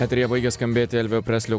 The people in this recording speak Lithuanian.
eteryje baigia skambėti elvio preslio